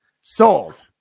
Sold